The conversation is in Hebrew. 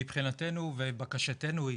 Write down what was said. מבחינתנו ובקשתנו היא